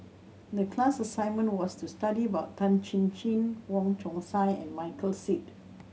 the class assignment was to study about Tan Chin Chin Wong Chong Sai and Michael Seet